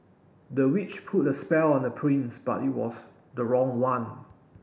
the witch put a spell on the prince but it was the wrong one